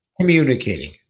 Communicating